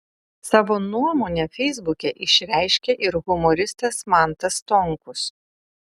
savo nuomonę feisbuke išreiškė ir humoristas mantas stonkus